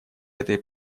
этой